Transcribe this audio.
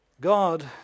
God